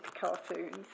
cartoons